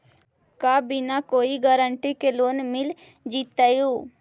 का बिना कोई गारंटी के लोन मिल जीईतै?